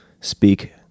speak